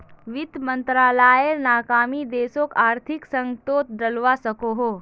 वित मंत्रालायेर नाकामी देशोक आर्थिक संकतोत डलवा सकोह